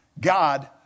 God